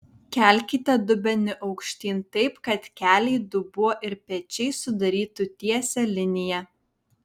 kelkite dubenį aukštyn taip kad keliai dubuo ir pečiai sudarytų tiesią liniją